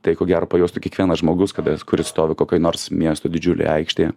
tai ko gero pajaustų kiekvienas žmogus kada kuris stovi kokioj nors miesto didžiulėj aikštėje